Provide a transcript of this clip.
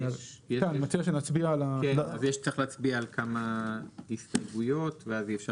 צריך להצביע על כמה הסתייגויות ואז אפשר